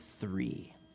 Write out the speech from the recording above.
three